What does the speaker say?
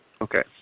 Okay